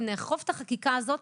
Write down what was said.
אם נאכוף את החקיקה הזאת,